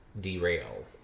Derail